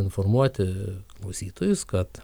informuoti klausytojus kad